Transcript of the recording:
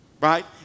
Right